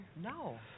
No